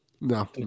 No